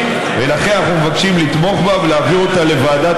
ולכן אנחנו מבקשים לתמוך בהצעה ולהעביר אותה לוועדת